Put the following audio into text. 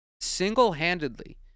single-handedly